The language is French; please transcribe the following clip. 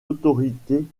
autorités